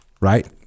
right